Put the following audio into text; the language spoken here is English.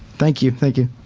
thank you. thank you.